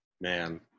man